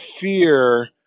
fear